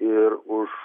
ir už